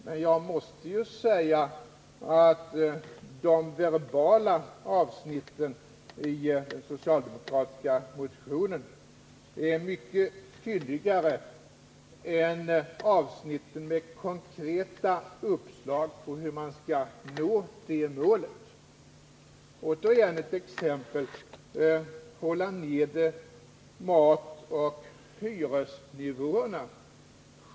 Men jag måste säga att de verbala avsnitten i den socialdemokratiska motionen är mycket fylligare än avsnitten med konkreta uppslag till hur man skall nå detta mål. Åter ett exempel: Man vill hålla matpriserna och hyresnivåerna nere.